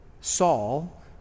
Saul